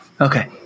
Okay